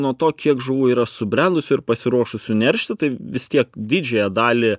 nuo to kiek žuvų yra subrendusių ir pasiruošusių neršti tai vis tiek didžiąją dalį